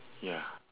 ya